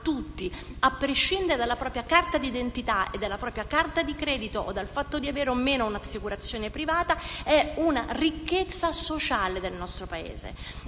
a prescindere dalla propria carta d'identità e dalla propria carta di credito o dal fatto di avere o meno un'assicurazione privata, è una ricchezza sociale del nostro Paese.